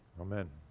Amen